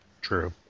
True